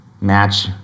match